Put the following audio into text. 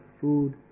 food